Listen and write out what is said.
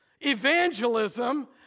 Evangelism